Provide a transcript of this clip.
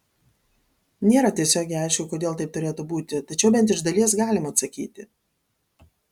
nėra tiesiogiai aišku kodėl taip turėtų būti tačiau bent iš dalies galima atsakyti